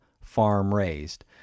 farm-raised